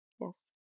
Yes